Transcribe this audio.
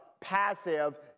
passive